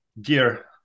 dear